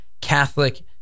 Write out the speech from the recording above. Catholic